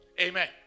Amen